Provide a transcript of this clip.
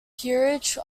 peerage